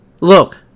look